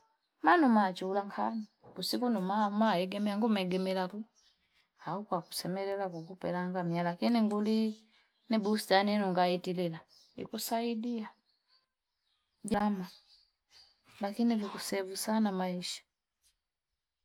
Manu manjula kanzi usiku ni maama imegemea ngumegemela au kakusemelela nikupelanga mie lakini nguli ni bustani ningaitilila ikusaidia jama lakini vikusevu sana maisha.